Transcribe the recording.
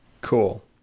cool